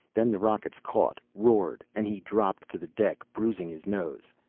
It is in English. then the rockets caught, roared, and he dropped to the deck, bruising his nose.